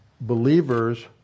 believers